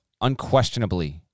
unquestionably –